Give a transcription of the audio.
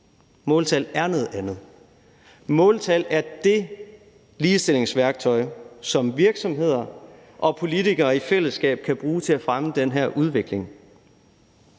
Måltal er noget andet. Måltal er det ligestillingsværktøj, som virksomheder og politikere i fællesskab kan bruge til at fremme den her udvikling.